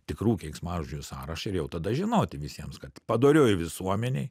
tikrų keiksmažodžių sąrašą ir jau tada žinoti visiems kad padorioj visuomenėj